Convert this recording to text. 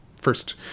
first